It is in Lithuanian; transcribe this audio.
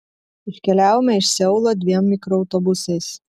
iškeliavome iš seulo dviem mikroautobusais